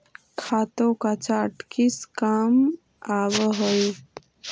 खातों का चार्ट किस काम आवअ हई